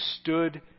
stood